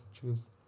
choose